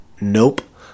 nope